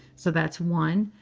so that's one.